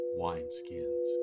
wineskins